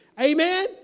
Amen